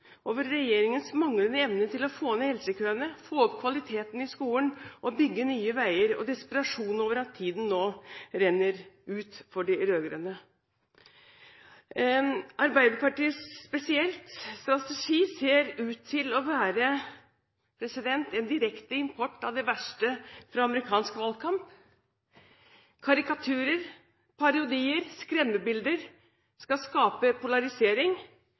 over regjeringens manglende evne til å få ned helsekøene, få opp kvaliteten i skolen og bygge nye veier, og desperasjon over at tiden nå renner ut for de rød-grønne. Arbeiderpartiets spesielle strategi ser ut til å være en direkte import av det verste fra amerikansk valgkamp. Karikaturer, parodier og skremmebilder skal skape polarisering